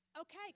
Okay